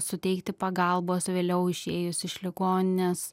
suteikti pagalbos vėliau išėjus iš ligoninės